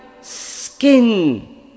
skin